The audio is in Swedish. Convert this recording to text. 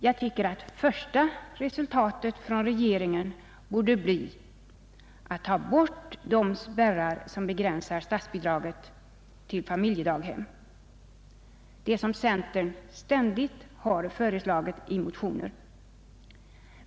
Jag tycker att första resultatet från regeringens sida borde bli att nu avlägsna de spärrar som begränsar statsbidraget till familjedaghem, vilket centern ständigt föreslår i motioner.